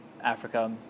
africa